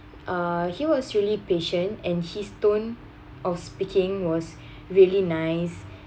uh he was really patient and his tone of speaking was really nice